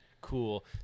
Cool